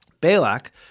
Balak